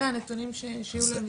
אלה הנתונים שיהיו למשרד התחבורה.